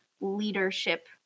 leadership